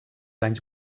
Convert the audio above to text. anys